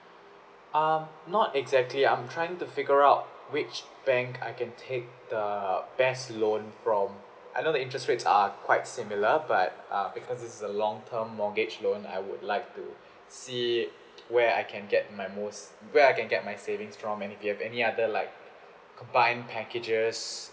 um not exactly I'm trying to figure out which bank I can take the best loan from I know the interest rates are quite similar but uh because it's a long term mortgage loan I would like to see where I can get my most where I can get my savings from and if you have any other like combine packages